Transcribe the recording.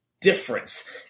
difference